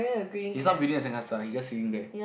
he's not building the sandcastle he just sitting there